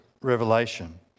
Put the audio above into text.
revelation